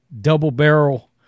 double-barrel